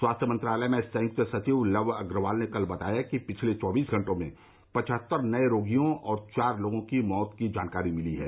स्वास्थ्य मंत्रालय में संयुक्त सचिव लव अग्रवाल ने कल बताया कि पिछले चौबीस घंटों में पचहत्तर नये रोगियों और चार लोगों की मौत की जानकारी मिली है